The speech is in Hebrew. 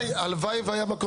הלוואי והיה,